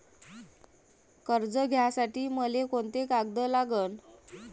कर्ज घ्यासाठी मले कोंते कागद लागन?